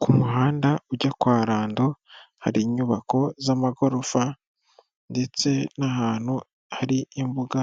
Ku muhanda ujya kwa Rando, hari inyubako z'amagorofa, ndetse n'ahantu hari imbuga,